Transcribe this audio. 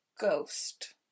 ghost